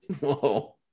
Whoa